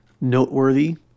noteworthy